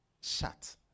shut